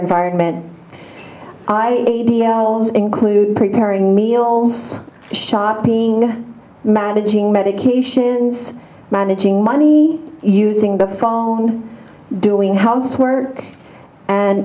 environment i include preparing meals shot being managing medications managing money using the fall doing housework and